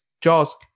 Jaws